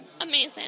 amazing